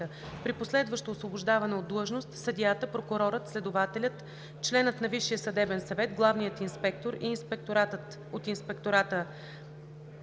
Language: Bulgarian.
При последващо освобождаване от длъжност съдията, прокурорът, следователят, членът на Висшия съдебен съвет, главният инспектор и инспекторът от Инспектората